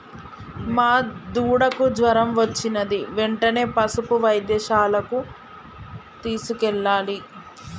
మా దూడకు జ్వరం వచ్చినది వెంటనే పసుపు వైద్యశాలకు తీసుకెళ్లాలి